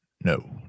no